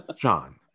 John